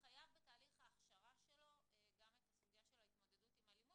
חייב בתהליך ההכשרה שלו גם את הסוגיה של התמודדות עם אלימות,